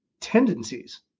tendencies